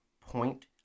point